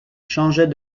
changeait